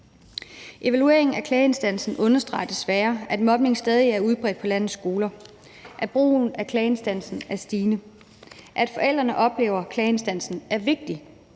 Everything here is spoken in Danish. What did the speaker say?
Evalueringen af Klageinstansen mod Mobning understreger desværre, at mobning stadig er udbredt på landets skoler, at brugen af Klageinstansen mod Mobning er stigende, at forældrene oplever, at Klageinstansen mod Mobning